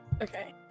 Okay